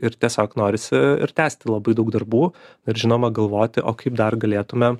ir tiesiog norisi ir tęsti labai daug darbų ir žinoma galvoti o kaip dar galėtume